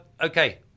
Okay